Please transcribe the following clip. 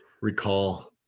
recall